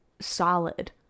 solid